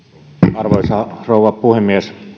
arvoisa rouva puhemies